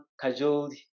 cajoled